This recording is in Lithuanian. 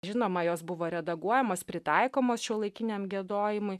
žinoma jos buvo redaguojamas pritaikomos šiuolaikiniam giedojimui